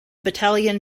battalion